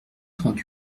trente